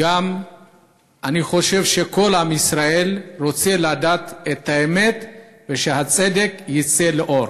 אלא אני חושב שכל עם ישראל רוצה לדעת את האמת ושהצדק יצא לאור.